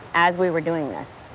as we were doing this.